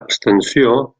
abstenció